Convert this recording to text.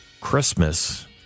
Christmas